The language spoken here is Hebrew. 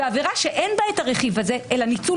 ועבירה שאין בה את הרכיב הזה אלא ניצול